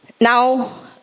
Now